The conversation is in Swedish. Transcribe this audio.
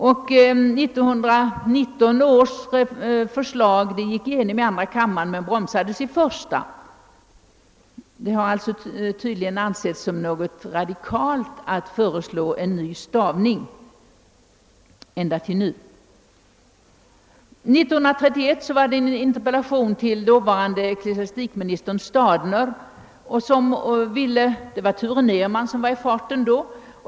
Förslaget av år 1919 gick igenom i andra kammaren men bromsades i första kammaren. Det har alltså tydligen ansetts som något radikalt att föreslå en ny stavning — ända till nu. År 1931 riktades en interpellation till dåvarande ecklesiastikministern Stadener; det var Ture Nerman som då var i farten.